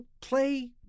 play